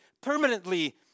permanently